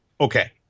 okay